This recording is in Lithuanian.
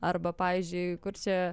arba pavyzdžiui kur čia